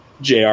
JR